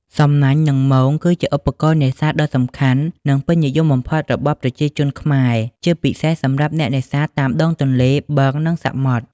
សំណាញ់ និង មង គឺជាឧបករណ៍នេសាទដ៏សំខាន់ និងពេញនិយមបំផុតរបស់ប្រជាជនខ្មែរ ជាពិសេសសម្រាប់អ្នកនេសាទតាមដងទន្លេ បឹង និងសមុទ្រ។